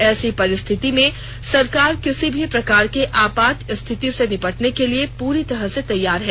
ऐसी परिस्थिति में सरकार किसी भी प्रकार के आपात स्थिति से निपटने के लिए पूरी तरह से तैयार है